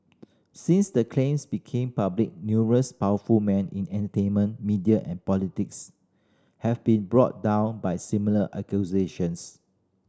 since the claims became public numerous powerful men in entertainment media and politics have been brought down by similar accusations